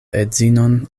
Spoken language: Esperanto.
edzinon